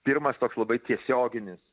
pirmas toks labai tiesioginis